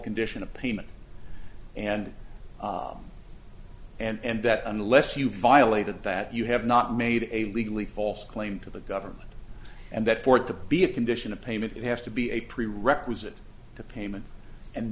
condition of payment and and that unless you violate it that you have not made a legally false claim to the government and that for it to be a condition of payment it has to be a prerequisite to payment and